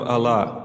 Allah